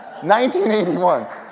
1981